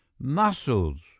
Muscles